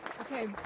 okay